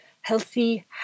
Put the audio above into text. healthy